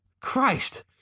Christ